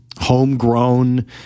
homegrown